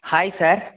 hi sir